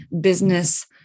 business